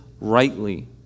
rightly